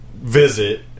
visit